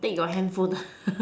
take your handphone